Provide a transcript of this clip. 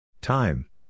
Time